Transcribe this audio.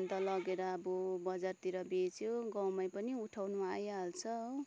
अन्त लगेर अब बजारतिर बेच्यो गाउँमै पनि उठाउनु आइहाल्छ हो